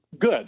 good